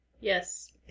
Yes